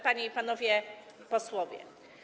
Panie i Panowie Posłowie!